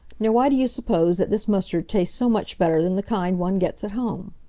now, why do you suppose that this mustard tastes so much better than the kind one gets at home?